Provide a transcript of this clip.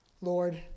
Lord